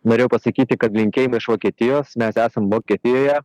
norėjau pasakyti kad linkėjimai iš vokietijos mes esam vokietijoje